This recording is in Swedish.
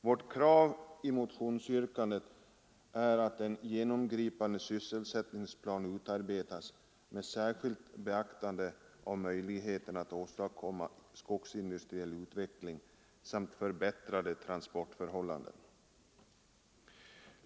Vårt krav i motionsyrkandet är att en genomgripande sysselsättningsplan utarbetas med särskilt beaktande av möjligheten att åstadkomma skogsindustriell utveckling samt förbättrade transportförhållanden.